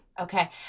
Okay